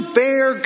bear